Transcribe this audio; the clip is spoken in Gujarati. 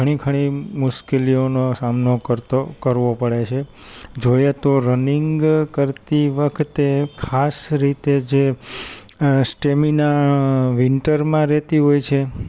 ઘણી ખણી મુશ્કેલીનો સામનો કરતો કરવો પડે છે જોયે તો રનિંગ કરતી વખતે ખાસ રીતે જે સ્ટેમિના વીંટરમાં રહેતી હોય છે